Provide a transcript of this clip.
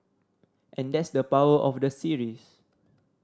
and that's the power of the series